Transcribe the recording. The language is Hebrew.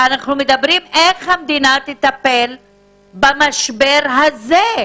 ואנחנו מדברים על איך המדינה תטפל במשבר הזה.